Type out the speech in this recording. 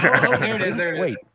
Wait